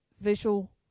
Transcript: visual